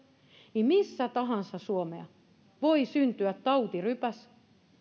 niin missä tahansa suomessa voi syntyä tautirypäs